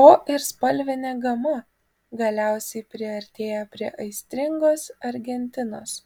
o ir spalvinė gama galiausiai priartėja prie aistringos argentinos